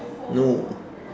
no